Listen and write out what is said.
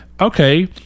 okay